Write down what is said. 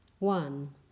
One